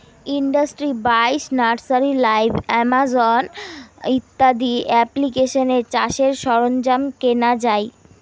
industry বাইশ, nursery live, Amazon ইত্যাদি এপ্লিকেশানে চাষের সরঞ্জাম কেনা যাই